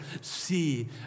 see